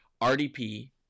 RDP